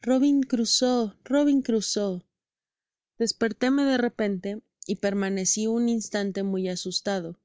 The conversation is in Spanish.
robin crusoé robin crusoé despertome de repente y permaneci un instante muy asustado